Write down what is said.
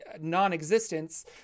non-existence